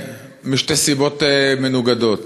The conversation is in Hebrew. משתי סיבות מנוגדות.